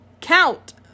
count